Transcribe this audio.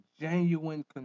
genuine